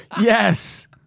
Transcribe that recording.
Yes